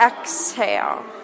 exhale